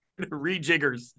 rejiggers